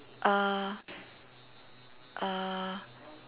uh uh